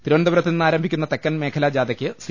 തിരുവനന്തപുരത്ത് നിന്നാരംഭിക്കുന്ന തെക്കൻ മേഖലാജാഥയ്ക്ക് സി